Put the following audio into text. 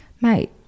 Mate